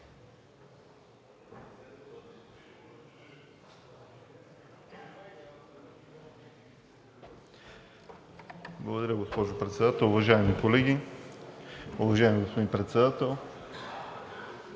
Благодаря, госпожо Председател. Уважаеми колеги, уважаема госпожо Председател!